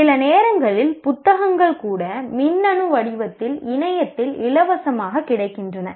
சில நேரங்களில் புத்தகங்கள் கூட மின்னணு வடிவத்தில் இணையத்தில் இலவசமாகக் கிடைக்கின்றன